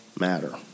matter